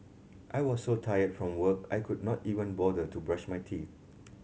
I was so tired from work I could not even bother to brush my teeth